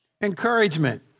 Encouragement